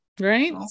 Right